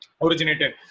originated